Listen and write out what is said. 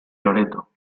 loreto